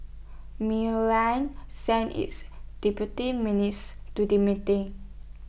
sent its deputy to the meeting